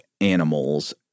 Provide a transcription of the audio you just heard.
animals—